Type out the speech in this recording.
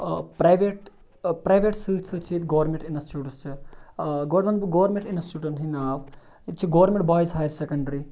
آ private private سۭتۍ سۭتۍ چھِ ییٚتہِ گورمینٹ اِنَسٹِٹیوٹٕس تہِ آ گۄڈٕ وَنہٕ بہٕ گورمینٹ اِنَسٹِٹیوٹسَن ہِنٛد ناو ییٚتہِ چھِ گورمینٹ بایِز ہایَر سیٚکَنڈری